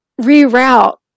reroute